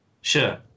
Sure